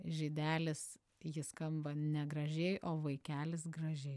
žydelis ji skamba negražiai o vaikelis gražiai